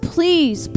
Please